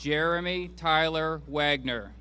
jeremy tyler wagner